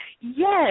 Yes